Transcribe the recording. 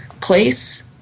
place